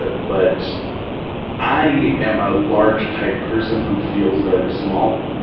ah but i am a large-type person who feels very small,